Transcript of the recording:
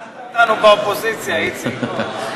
לימדת אותנו באופוזיציה, איציק.